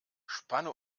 spanne